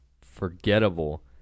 Forgettable